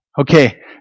Okay